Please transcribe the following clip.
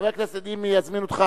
חבר הכנסת, אם יזמינו אותך,